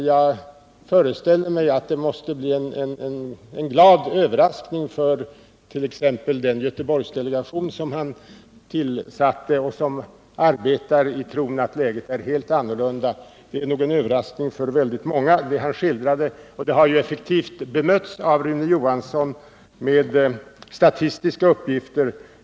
Jag föreställer mig att hans skildring måste bli en glad överraskning för t.ex. den Göteborgsdelegation som han tillsatte och som arbetar i tron att läget är helt annorlunda. Ja, den blir säkert en överraskning för många, och den har effektivt bemötts av Rune Johansson i Ljungby med statistiska uppgifter.